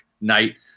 night